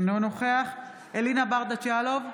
אינו נוכח אלינה ברדץ' יאלוב,